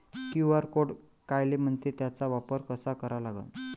QR code कायले म्हनते, त्याचा वापर कसा करा लागन?